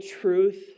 truth